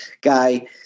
guy